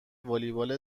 والیبال